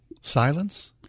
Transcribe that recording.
Silence